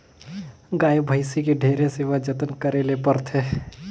गाय, भइसी के ढेरे सेवा जतन करे ले परथे